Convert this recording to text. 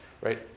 right